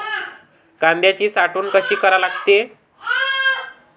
कांद्याची साठवन कसी करा लागते?